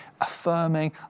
affirming